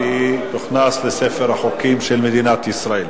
והיא תוכנס לספר החוקים של מדינת ישראל.